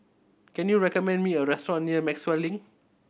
can you recommend me a restaurant near Maxwell Link